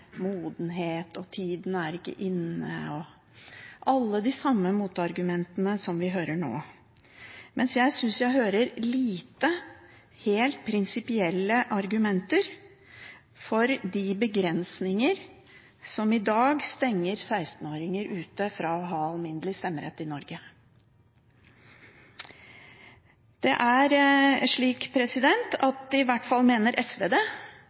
vi hører nå. Men jeg synes jeg hører lite helt prinsipielle argumenter for de begrensninger som i dag stenger 16-åringer ute fra å ha alminnelig stemmerett i Norge. Det er slik – i hvert fall mener SV det